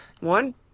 one